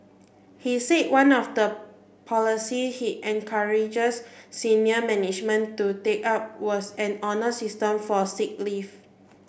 he said one of the policies he encouraged senior management to take up was an honour system for sick leave